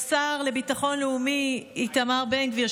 לשר לביטחון לאומי איתמר בן גביר,